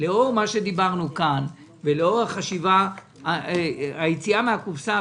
לאור מה שדיברנו כאן ולאור היציאה מהקופסה,